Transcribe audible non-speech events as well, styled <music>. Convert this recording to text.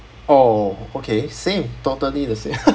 oh okay same totally the same <laughs>